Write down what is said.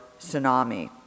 tsunami